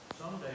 Someday